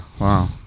wow